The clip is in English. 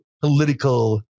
political